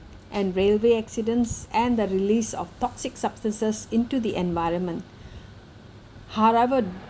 and railway accidents and the release of toxic substances into the environment however